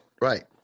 right